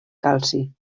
calci